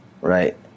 right